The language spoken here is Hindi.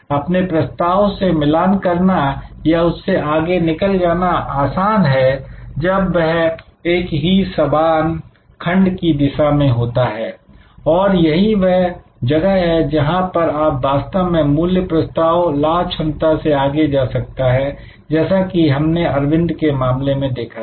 अपने प्रस्ताव से मिलान करना या उससे आगे निकल जाना आसान है जब वह एक ही समान खंड की दिशा में होता है और यही वह जगह है जहां पर आप वास्तव में मूल्य प्रस्ताव लाभ क्षमता से आगे जा सकता है जैसा कि हमने अरविंद के मामले में देखा था